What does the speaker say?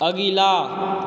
अगिला